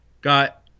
got